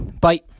Bye